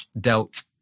dealt